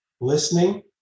listening